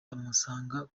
amusanga